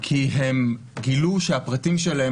כי הם גילו שהפרטים שלהם,